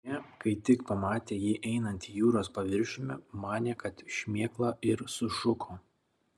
jie kai tik pamatė jį einantį jūros paviršiumi manė kad šmėkla ir sušuko